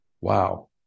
Wow